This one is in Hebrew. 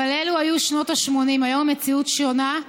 אבל אלו היו שנות ה-80, היום המציאות שונה.